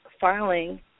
filing